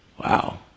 Wow